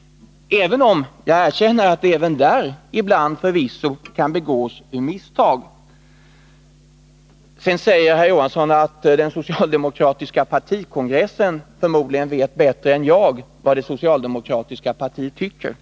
— även om jag erkänner att det även här ibland förvisso kan begås misstag. Herr Johansson säger att den socialdemokratiska partikongressen förmodligen vet bättre än jag vad det socialdemokratiska partiet tycker.